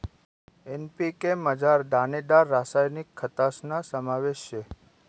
NPK मझार दानेदार रासायनिक खतस्ना समावेश शे